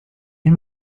nie